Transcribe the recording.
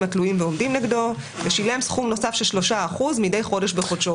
התלויים ועומדים נגדו ושילם סכום נוסף של 3% מדי חודש בחודשו.